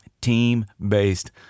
Team-based